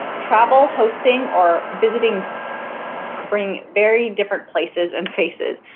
travel hosting or visiting bring very different places and faces.